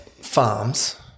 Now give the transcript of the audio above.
farms